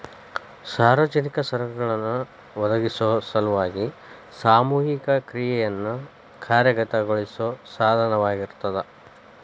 ಸಾರ್ವಜನಿಕ ಸರಕುಗಳನ್ನ ಒದಗಿಸೊ ಸಲುವಾಗಿ ಸಾಮೂಹಿಕ ಕ್ರಿಯೆಯನ್ನ ಕಾರ್ಯಗತಗೊಳಿಸೋ ಸಾಧನವಾಗಿರ್ತದ